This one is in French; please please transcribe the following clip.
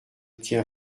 outils